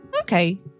Okay